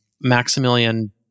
maximilian